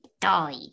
die